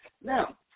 Now